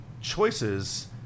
choices